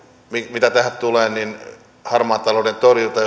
mitä tähän harmaan talouden torjuntaan